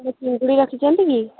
ଚିଙ୍ଗୁଡ଼ି ରଖିଛନ୍ତି କି